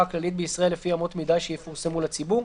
הכללית בישראל לפי אמות מידה שיפורסמו לציבור,